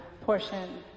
portion